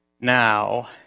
Now